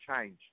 change